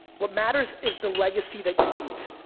what matters is the legacy that you leave.